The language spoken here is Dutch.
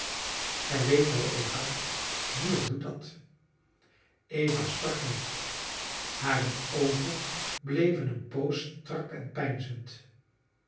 gij weet wel eva niemand doet dat eva sprak niet hare oogen bleven een poos strak en peinzend